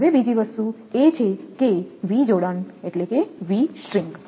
હવે બીજી વસ્તુ એ છે કે વી જોડાણ વી સ્ટ્રિંગ